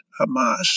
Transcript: Hamas